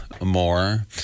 more